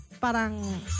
parang